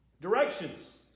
directions